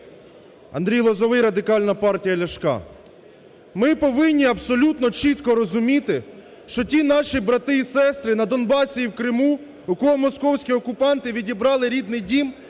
Андрій Лозовий, Радикальна партія Ляшка. Ми повинні абсолютно чітко розуміти, що ті наші брати і сестри на Донбасі і в Криму у кого московські окупанти відібрали рідний дім,